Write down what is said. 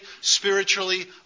spiritually